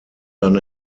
dann